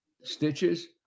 stitches